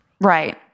Right